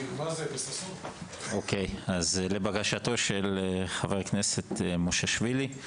אוקיי, לבקשתו של חבר הכנסת מושיאשוילי,